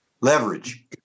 Leverage